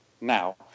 now